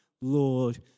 Lord